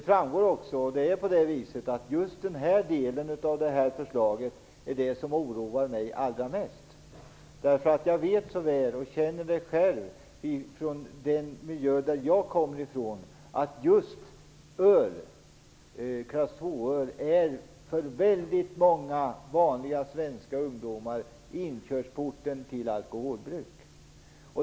Fru talman! Fru statsråd! Just den här delen av förslaget är det som oroar mig allra mest. Jag vet så väl att just folköl för väldigt många vanliga svenska ungdomar - jag känner till det från min hemortsmiljö - är inkörsporten till alkoholbruk.